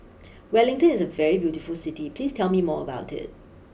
Wellington is a very beautiful City please tell me more about it